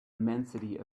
immensity